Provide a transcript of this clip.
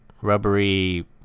rubbery